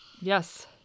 Yes